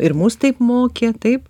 ir mus taip mokė taip